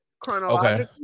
chronologically